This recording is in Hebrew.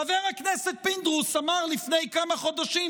חבר הכנסת פינדרוס אמר לפני כמה חודשים